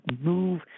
move